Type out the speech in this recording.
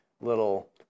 little